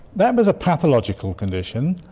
that was a pathological condition.